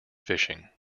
fishing